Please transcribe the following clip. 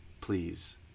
please